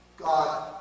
God